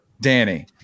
Danny